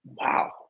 wow